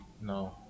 No